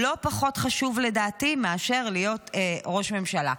לא פחות חשוב לדעתי מאשר להיות ראש ממשלה".